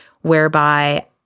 whereby